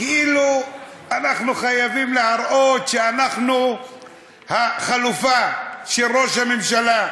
כאילו אנחנו חייבים להראות שאנחנו החלופה של ראש הממשלה,